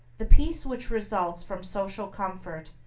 the peace which results from social comfort,